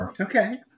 Okay